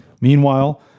Meanwhile